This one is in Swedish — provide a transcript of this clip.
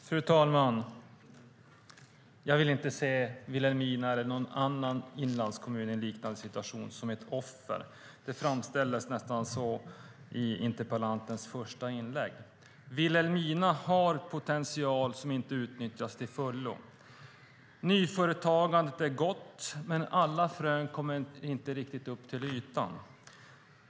Fru talman! Jag vill inte se Vilhelmina, eller någon annan inlandskommun i en liknande situation, som ett offer. Det framställdes nästan så i interpellantens första inlägg. Vilhelmina har potential som inte utnyttjas till fullo. Nyföretagandet är gott, men alla frön kommer inte riktigt upp till ytan.